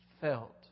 felt